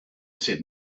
said